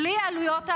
בלי עלויות האבטחה,